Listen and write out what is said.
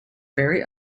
very